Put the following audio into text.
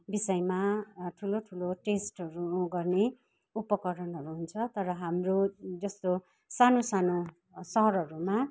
विषयमा ठुलो ठुलो टेस्टहरू गर्ने उपकरणहरू हुन्छ तर हाम्रो जस्तो सानो सानो सहरहरूमा